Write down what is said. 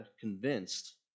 convinced